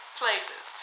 places